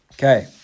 Okay